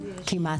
כי אין, כמעט.